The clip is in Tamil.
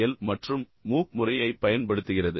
எல் மற்றும் மூக் முறையைப் பயன்படுத்துகிறது